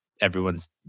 everyone's